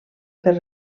per